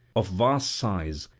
of vast size,